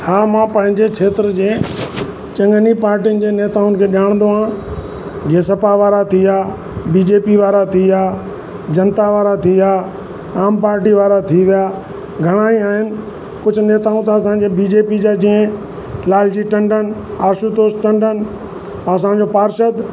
हा मां पंहिंजे खेत्र जे चङनि ई पार्टियुनि जे नेताउनि खे ॼाणंदो आहे जीअं सपा वारा थी विया बीजेपी वारा थी विया जनता वारा थी विया आम पार्टी वारा थी विया घणा ई आहिनि कुझ नेताऊं त असांजे बीजेपी जा जीअं लाल जी टंडन आशुतोष टंडन असांजो पार्षद